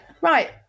right